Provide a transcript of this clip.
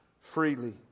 freely